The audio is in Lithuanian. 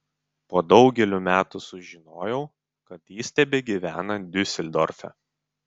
po daugelio metų sužinojau kad jis tebegyvena diuseldorfe